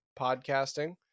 podcasting